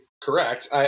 correct